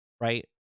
right